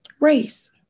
race